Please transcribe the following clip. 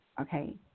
okay